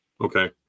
Okay